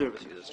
service users.